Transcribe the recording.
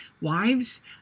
wives